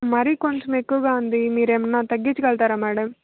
మరీ కొంచెం ఎక్కువగా ఉంది మీరు ఏమైనా తగ్గించ గలుగుతారా మేడం